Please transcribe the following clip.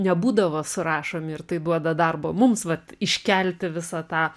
nebūdavo surašomi ir tai duoda darbo mums vat iškelti visą tą